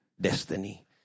destiny